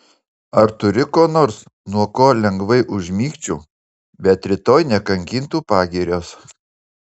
ar turi ko nors nuo ko lengvai užmigčiau bet rytoj nekankintų pagirios